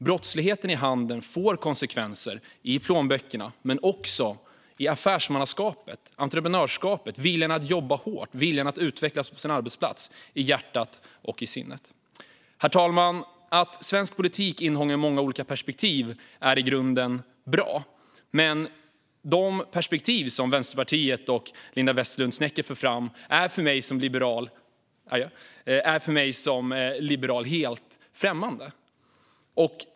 Brottsligheten i handeln får konsekvenser i plånböckerna men också i affärsmannaskapet, entreprenörskapet, viljan att jobba hårt och viljan att utvecklas på sin arbetsplats, i hjärtat och i sinnet. Fru talman! Att svensk politik innehåller många olika perspektiv är i grunden bra. Men de perspektiv som Vänsterpartiet och Linda Westerlund Snecker för fram är för mig som liberal helt främmande.